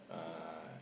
uh